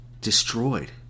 destroyed